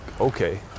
Okay